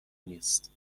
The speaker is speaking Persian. نیست